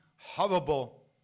horrible